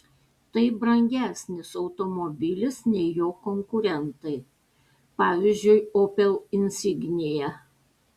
tai brangesnis automobilis nei jo konkurentai pavyzdžiui opel insignia